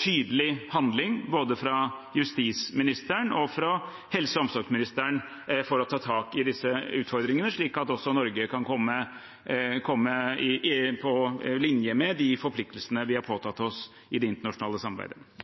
tydelig handling, både fra justisministerens side og fra helse- og omsorgsministerens side, for å ta tak i disse utfordringene, slik at vi i Norge kan komme på linje med de forpliktelsene vi har påtatt oss i det internasjonale samarbeidet.